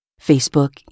Facebook